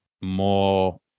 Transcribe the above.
more